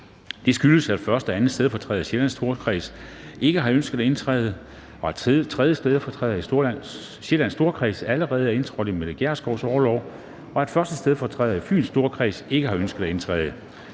Dette skyldes, at 1. og 2. stedfortræder i Sjællands Storkreds ikke har ønsket at indtræde, at 3. stedfortræder i Sjællands Storkreds allerede er indtrådt i Mette Gjerskovs orlov, og at 1. stedfortræder for Fyns Storkreds ikke har ønsket at indtræde.